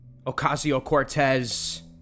Ocasio-Cortez